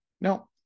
No